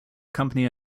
company